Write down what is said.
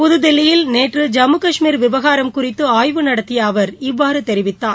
புதுதில்லியில் நேற்று ஜம்மு காஷ்மீர் விவகாரம் குறித்து ஆய்வு நடத்திய அவர் இவ்வாறு தெரிவித்தார்